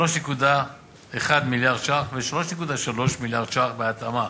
3.1 מיליארד ש"ח ו-3.3 מיליארד ש"ח בהתאמה.